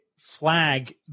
flag